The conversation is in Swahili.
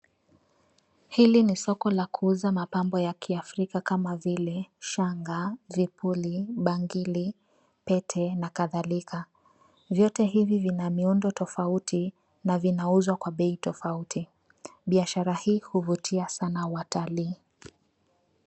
Hili ni soko la kuuza mapambo ya kiafrika kama vile shanga, vipuli, bangili, pete na kadhalika. Vyote hivi vina miundo tofauti na vinauzwa kwa bei tofauti. Biashara hii huvutia sana watalii.